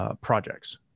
projects